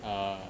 uh